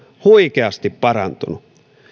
huikeasti parantunut